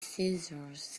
scissors